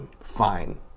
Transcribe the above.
fine